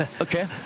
Okay